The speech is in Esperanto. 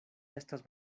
estas